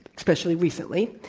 especially recently,